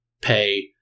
pay